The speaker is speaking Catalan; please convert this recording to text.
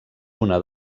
una